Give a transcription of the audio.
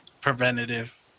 preventative